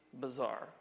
bizarre